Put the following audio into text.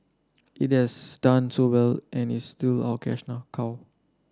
it has done so well and is still our cash cow